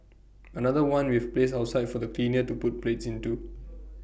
another one we've placed outside for the cleaner to put plates into